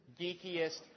geekiest